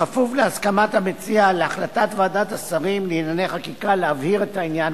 בכפוף להסכמת המציע להחלטת ועדת השרים לענייני חקיקה להבהיר את העניין,